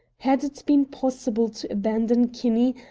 had it been possible to abandon kinney,